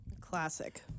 Classic